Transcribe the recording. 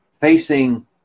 facing